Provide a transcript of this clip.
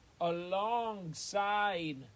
alongside